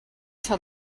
till